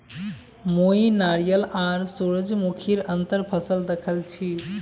मुई नारियल आर सूरजमुखीर अंतर फसल दखल छी